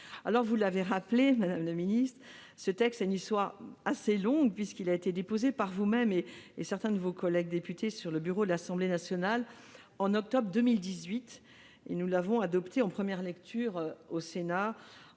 Sénat. Vous l'avez rappelé, madame la secrétaire d'État, ce texte a une histoire assez longue puisqu'il a été déposé par vous-même et certains de vos collègues députés sur le bureau de l'Assemblée nationale, en octobre 2018 ; le Sénat l'a adopté en première lecture en